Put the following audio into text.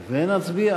ונצביע.